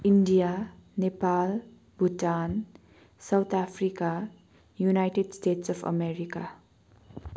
India Nepal Bhutan South Africa United States of America